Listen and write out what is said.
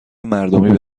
مردمی